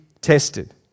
tested